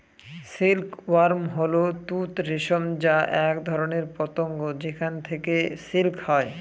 silk worm হল তুঁত রেশম যা এক ধরনের পতঙ্গ যেখান থেকে সিল্ক হয়